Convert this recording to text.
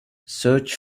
search